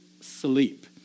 sleep